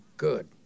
good